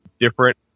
different